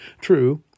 True